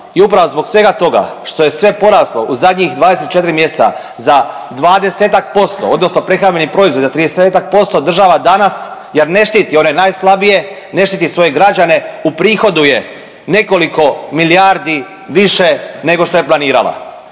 I upravo zbog svega toga što je sve poraslo u zadnjih 24 mjeseca za 20-ak posto odnosno prehrambeni proizvodi za 30-ak posto država danas jer ne štiti one najslabije, ne štiti svoje građane uprihoduje nekoliko milijardi više nego što je planirala,